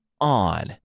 on